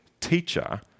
teacher